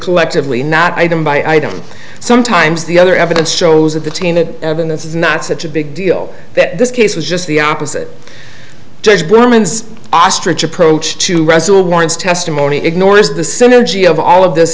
collectively not item by item sometimes the other evidence shows that the team that evidence is not such a big deal that this case was just the opposite judge determines ostrich approach to wrestle warrants testimony ignores the synergy of all of this